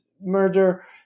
murder